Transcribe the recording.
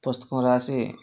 పుస్తకం రాసి